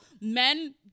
men